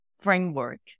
framework